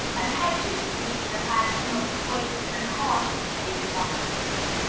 and hedges seem to have had some of the weights and harness taken off of them.